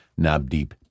Nabdeep